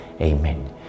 Amen